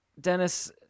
Dennis